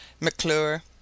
McClure—